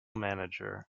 manager